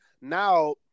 Now